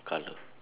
color